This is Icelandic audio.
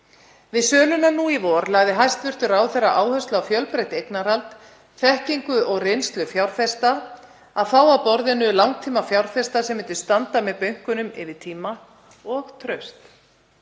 Við söluna nú í vor lagði hæstv. ráðherra áherslu á fjölbreytt eignarhald, þekkingu og reynslu fjárfesta, að fá að borðinu langtímafjárfesta sem myndu standa með bönkunum yfir tíma, og traust.